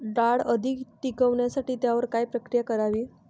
डाळ अधिक टिकवण्यासाठी त्यावर काय प्रक्रिया करावी?